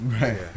Right